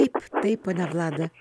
taip taip ponia vlada